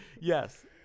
Yes